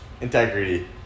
Integrity